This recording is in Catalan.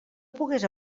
pogués